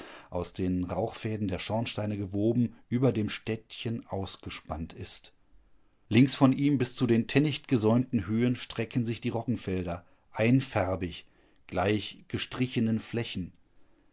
aus den rauchfäden der schornsteine gewoben über dem städtchen ausgespannt ist links von ihm bis zu den tännichtgesäumten höhen strecken sich die roggenfelder einfarbig gleich gestrichenen flächen